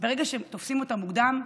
ברגע שתופסים אותה מוקדם.